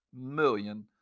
million